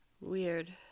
Weird